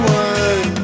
one